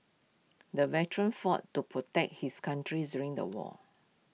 the veteran fought to protect his country during the war